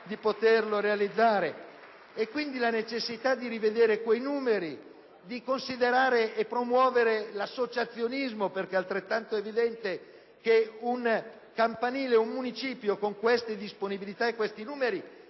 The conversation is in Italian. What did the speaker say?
Gruppi LNP e PdL).* Da qui la necessità di rivedere quei numeri, di considerare e promuovere l'associazionismo, perché è altrettanto evidente che un campanile, un municipio con disponibilità e cifre